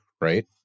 Right